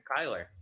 Kyler